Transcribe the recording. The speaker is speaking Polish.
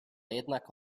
jednak